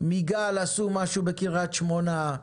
מיג"ל עשו משהו בקריית שמונה.